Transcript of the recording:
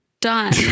done